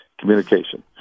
Communication